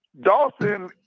Dawson